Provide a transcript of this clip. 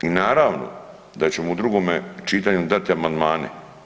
I naravno da ćemo u drugom čitanju dati amandmane.